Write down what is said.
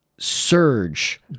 surge